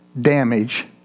damage